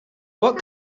what